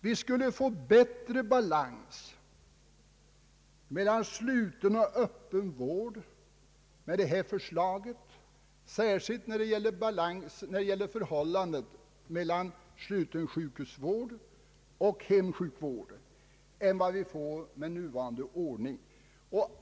Vi skulle få bättre balans mellan sluten och öppen vård med utredningens förslag, särskilt när det gäller förhållandet mellan sluten sjukhusvård och hemsjukvård, än vi får med nuvarande ordning.